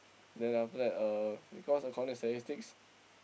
the after that uh because according to statistics